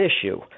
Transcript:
issue